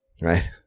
Right